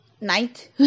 night